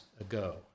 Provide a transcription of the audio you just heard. ago